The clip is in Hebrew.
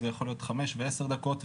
זה יכול להיות גם 5 ו-10 דקות.